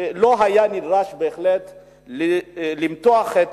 שלא היה נדרש למתוח את